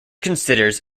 considers